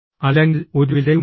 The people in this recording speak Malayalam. അല്ലെങ്കിൽ ഒരു വിലയുമില്ല